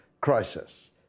crisis